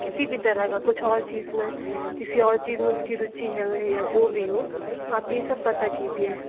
किसी भी तरह का कुछ और चीज़ में किसी और चीज़ में उसकी रुचि है या जो भी हो आप ये सब पता कीजिए